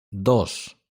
dos